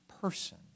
person